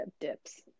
dips